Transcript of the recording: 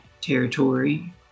territory